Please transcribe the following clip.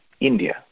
India